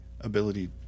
ability